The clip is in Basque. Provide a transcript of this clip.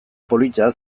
polita